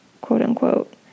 quote-unquote